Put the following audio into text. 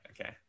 Okay